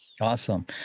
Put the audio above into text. Awesome